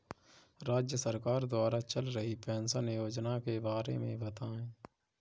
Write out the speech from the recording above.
राज्य सरकार द्वारा चल रही पेंशन योजना के बारे में बताएँ?